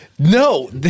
No